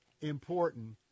important